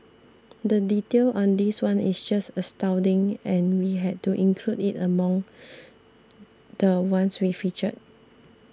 the detail on this one is just astounding and we had to include it among the ones we featured